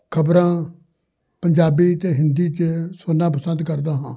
ਖਬਰਾਂ ਪੰਜਾਬੀ ਅਤੇ ਹਿੰਦੀ 'ਚ ਸੁਣਨਾ ਪਸੰਦ ਕਰਦਾ ਹਾਂ